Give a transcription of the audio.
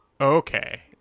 Okay